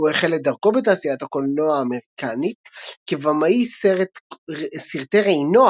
הוא החל את דרכו בתעשיית הקולנוע האמריקנית כבמאי סרטי ראינוע